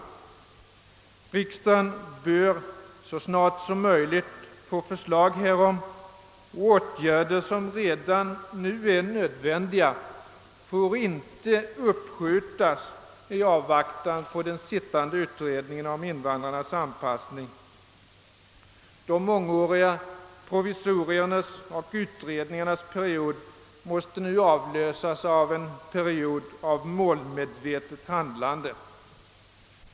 Riksdagen bör så snart som möjligt få förslag härom, och åtgärder som redan nu är nödvändiga får inte uppskjutas i avvaktan på den sittande utredningen om invandrarnas anpassning. De mångåriga pro Vvisoriernas och utredningarnas period måste nu avlösas av en period av målmedvetet handlande.